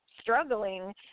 struggling